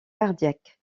cardiaque